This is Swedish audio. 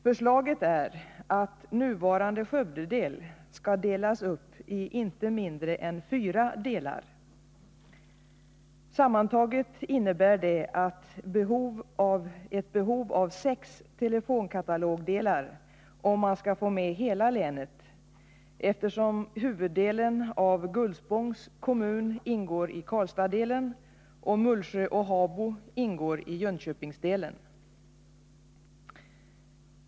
Förslaget är att nuvarande Skövdedel skall delas upp i inte mindre än fyra delar. Samman taget innebär det, om man skall få med hela länet, ett behov av sex telefonkatalogdelar, eftersom huvuddelen av Gullspångs kommun ingår i Karlstadsdelen och Mullsjö och Habo ingår i Jönköpingsdelen.